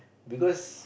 because